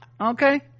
okay